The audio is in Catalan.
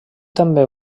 també